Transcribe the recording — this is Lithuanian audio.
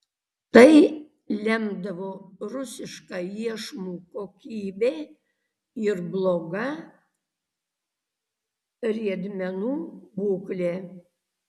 tai lemdavo rusiška iešmų kokybė ir bloga riedmenų būklė